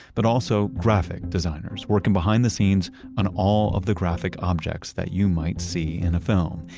but also graphic designers, working behind the scenes on all of the graphic objects that you might see in a film,